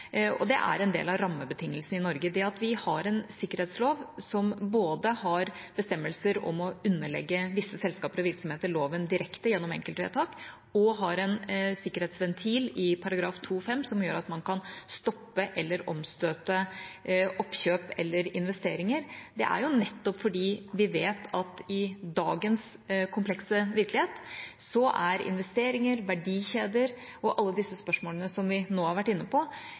og det er en del av rammebetingelsene i Norge. Det at vi har en sikkerhetslov som både har bestemmelser om å underlegge visse selskaper og virksomheter loven direkte gjennom enkeltvedtak, og en sikkerhetsventil i § 2-5 som gjør at man kan stoppe eller omstøte oppkjøp eller investeringer, er nettopp fordi vi vet at i dagens komplekse virkelighet er investeringer, verdikjeder og alle disse spørsmålene som vi nå har vært inne på,